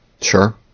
Sure